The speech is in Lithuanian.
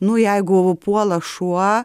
nu jeigu puola šuo